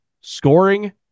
scoring